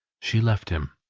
she left him,